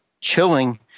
chilling